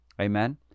Amen